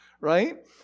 right